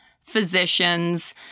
physicians